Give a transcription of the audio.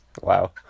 wow